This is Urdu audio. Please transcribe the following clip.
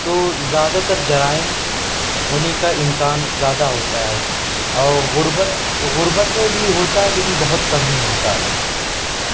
تو زیادہ تر جرائم ہونے کا امکان زیادہ ہوتا ہے او غربت غربت میں بھی ہوتا ہے لیکن بہت کم ہی ہوتا ہے